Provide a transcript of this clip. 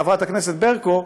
חברת הכנסת ברקו,